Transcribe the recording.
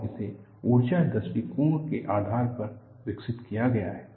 और इसे ऊर्जा दृष्टिकोण के आधार पर विकसित किया गया है